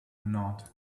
nod